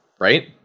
right